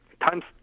time's